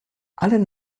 allen